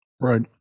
right